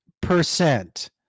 percent